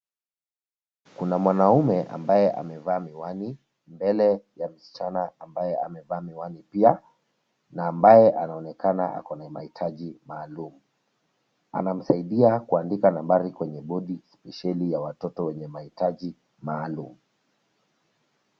Kuna mwanaume ambaye amevaa miwani mbele ya msichana ambaye amevaa miwani pia, na ambaye anaonekana ako na mahitaji maalum. Anamsaidia kuandika nambari kwenye bodi spesheli ya watoto wenye mahitaji maalum.